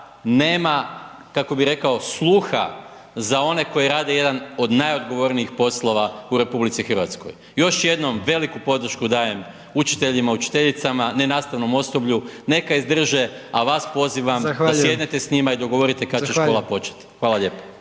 nema kako bi rekao sluha za one koji rade jedan od najodgovornijih poslova u RH. Još jednom veliku podršku dajem učiteljima, učiteljicama, nenastavnom osoblju, neka izdrže, a vas pozivam da sjednete …/Upadica: Zahvaljujem./… i dogovorite kad će škola početi. Hvala lijepo.